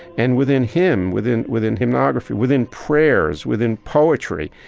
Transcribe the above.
and within hymn, within within hymnography, within prayers, within poetry,